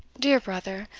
dear brother,